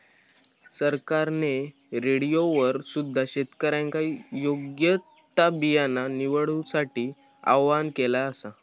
सरकारने रेडिओवर सुद्धा शेतकऱ्यांका योग्य ता बियाणा निवडूसाठी आव्हाहन केला आसा